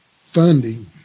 funding